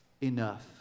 enough